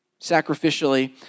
sacrificially